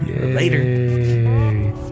Later